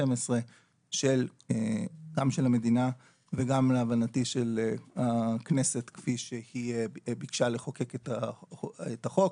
גם של המדינה וגם להבנתי של הכנסת כפי שהיא ביקשה לחוקק את החוק,